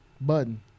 Button